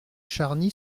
charny